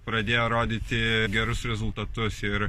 pradėjo rodyti gerus rezultatus ir